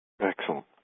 Excellent